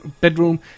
bedroom